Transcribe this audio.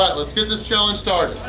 let's get this challenge started!